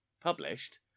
published